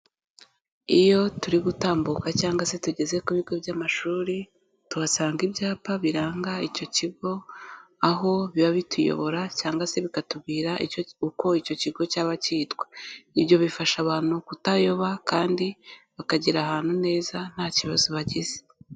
Iyo turi gutambuka cyangwa se tugeze ku bigo by'amashuri, tuhasanga ibyapa biranga icyo kigo aho biba bituyobora cyangwa se bikatubwira uko icyo kigo cyaba cyitwa, ibyo bifasha abantu kutayoba kandi bakagera ahantu neza nta kibazo bagize.